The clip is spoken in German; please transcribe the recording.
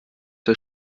der